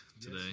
today